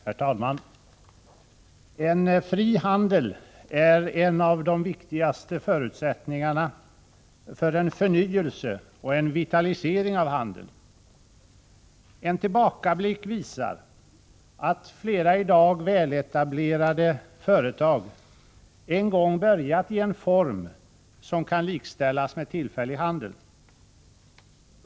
Herr talman! En fri handel är en av de viktigaste förutsättningarna för en förnyelse och en vitalisering av handeln. En tillbakablick visar att flera i dag väletablerade företag en gång börjat i en form som kan likställas med tillfällig handel.